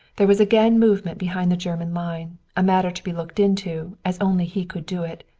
there was again movement behind the german line, a matter to be looked into, as only he could do it.